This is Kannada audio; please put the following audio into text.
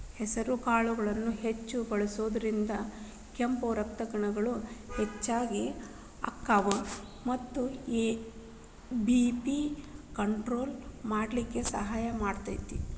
ಹೆಸರಕಾಳನ್ನ ಹೆಚ್ಚ್ ಬಳಸೋದ್ರಿಂದ ಕೆಂಪ್ ರಕ್ತಕಣ ಹೆಚ್ಚಗಿ ಅಕ್ಕಾವ ಮತ್ತ ಬಿ.ಪಿ ಕಂಟ್ರೋಲ್ ಮಾಡ್ಲಿಕ್ಕೆ ಸಹಾಯ ಮಾಡ್ತೆತಿ